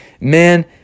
man